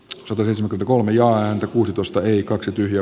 kiven katu kolme joan kuusitoista eli kaksi pirjo